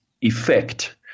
effect